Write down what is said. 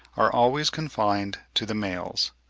are always confined to the males.